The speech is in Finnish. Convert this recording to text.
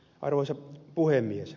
arvoisa puhemies